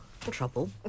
trouble